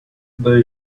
they